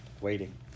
waiting